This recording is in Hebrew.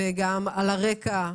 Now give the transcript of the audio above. וגם על הרקע,